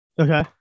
Okay